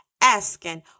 asking